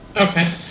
Okay